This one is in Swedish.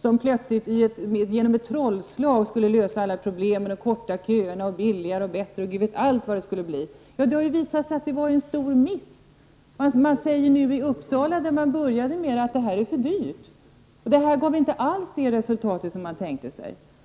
som plötsligt genom ett trollslag skulle lösa alla problem -- korta köerna, vara billigare och bättre och Gud vet allt hur det skulle bli -- har visat sig vara en stor miss. Man säger i Uppsala där man började att det är för dyrt. Det gav inte alls det resultat som man tänkte sig.